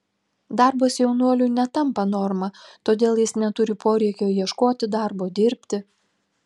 darbas jaunuoliui netampa norma todėl jis neturi poreikio ieškoti darbo dirbti